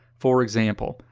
for example,